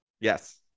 yes